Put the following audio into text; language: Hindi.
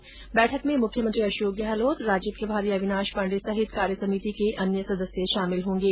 इस बैठक में मुख्यमंत्री अशोक गहलोत राज्यप्रभारी अविनाश पांडे सहित कार्यसमिति को अन्य सदस्य शामिल होंगे